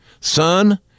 son